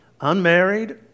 unmarried